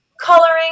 coloring